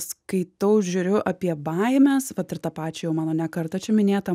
skaitau žiūriu apie baimes vat ir tą pačią jau mano ne kartą čia minėtą